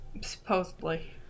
Supposedly